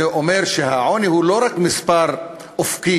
זה אומר שהעוני הוא לא רק מספר אופקי,